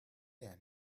gander